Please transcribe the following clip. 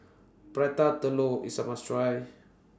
Prata Telur IS A must Try